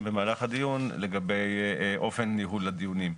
במהלך הדיון לגבי אופן ניהול הדיונים.